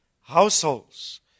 households